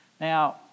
Now